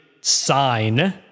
sign